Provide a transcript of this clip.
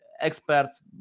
experts